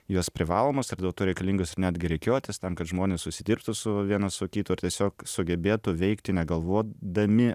jos privalomos ir dėl to reikalingos ir netgi rikiuotės tam kad žmonės susidirbtų su vienas su kitu ir tiesiog sugebėtų veikti negalvodami